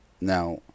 Now